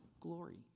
glory